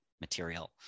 material